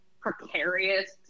precarious